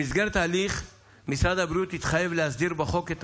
במסגרת ההליך משרד הבריאות יתחייב להסדיר בחוק את